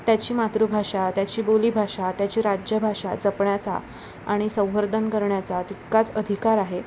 त्याची मातृभाषा त्याची बोलीभाषा त्याची राजभाषा जपण्याचा आणि संवर्धन करण्याचा तितकाच अधिकार आहे